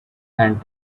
and